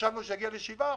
וחשבנו שאם האבטלה תגיע ל-7%,